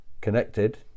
connected